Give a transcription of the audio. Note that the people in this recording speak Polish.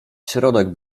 środek